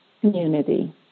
community